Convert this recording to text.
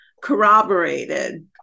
corroborated